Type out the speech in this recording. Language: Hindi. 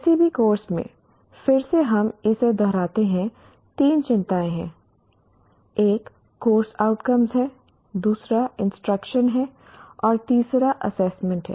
किसी भी कोर्स में फिर से हम इसे दोहराते हैं तीन चिंताएं हैं एक कोर्स आउटकम है दूसरा इंस्ट्रक्शन है और तीसरा एसेसमेंट है